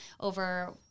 over